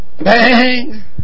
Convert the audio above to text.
Bang